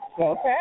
Okay